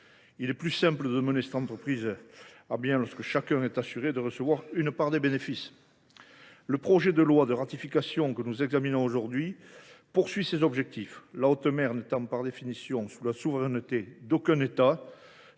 Il est plus simple de mener cette entreprise à bien lorsque chacun est assuré de recevoir une part des bénéfices. Le projet de loi de ratification que nous examinons sert ces objectifs. La haute mer n’étant par définition sous la souveraineté d’aucun État,